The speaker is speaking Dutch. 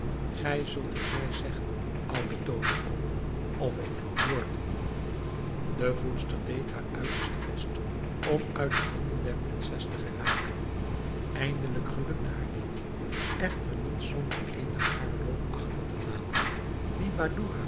gij zult het mij zeggen oude tooverkol of ik vermoord u de voedster deed haar uiterste best om uit de handen der prinses te geraken eindelijk gelukte haar dit echter niet zonder eene haarlok achter te laten die